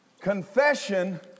confession